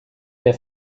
der